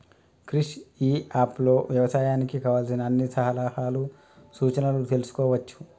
క్రిష్ ఇ app లో వ్యవసాయానికి కావలసిన అన్ని సలహాలు సూచనలు తెల్సుకోవచ్చు